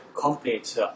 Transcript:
complete